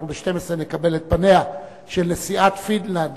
אנחנו ב-12:00 נקבל את פניה של נשיאת פינלנד,